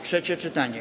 Trzecie czytanie.